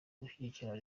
gushyigikira